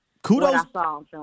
Kudos